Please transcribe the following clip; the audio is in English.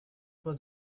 was